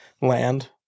land